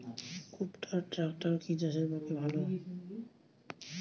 কুবটার ট্রাকটার কি চাষের পক্ষে ভালো?